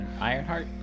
ironheart